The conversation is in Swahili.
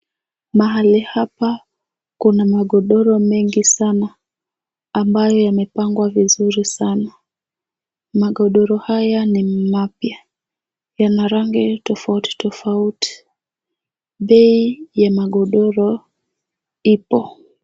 Mahali hapa kuna magodoro mengi sana, ambayo yamepangwa vizuri sana. Magodoro haya ni mapya, yana rangi tofauti tofauti. Bei ya magodoro ipo.